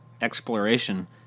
exploration